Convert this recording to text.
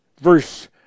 verse